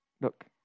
look